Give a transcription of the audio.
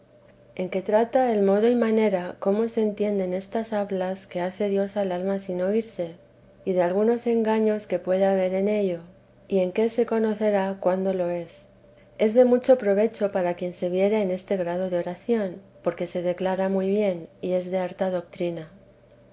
en que trata el modo y manera como se entienden estas hablas que hace dios al alma sin oirse y de algunos engaños que puede haber en ello y en qué se conocerá cuándo lo es es de mucho provecho para quien se viere en este grado de oración porque se declara muy bien y de harta doctrina